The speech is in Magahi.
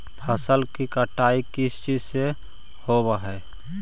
फसल की कटाई किस चीज से होती है?